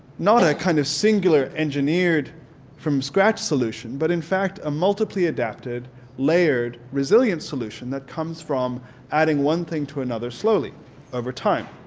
not a kind of singular engineered from scratch solution but in fact a multiply adapted layered resilience solution that comes from adding one thing to another slowly over time.